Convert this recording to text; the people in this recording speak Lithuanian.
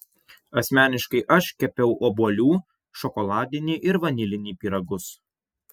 asmeniškai aš kepiau obuolių šokoladinį ir vanilinį pyragus